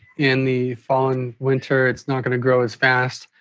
in the fall and winter it's not gonna grow as fast.